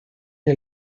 que